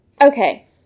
Okay